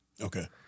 okay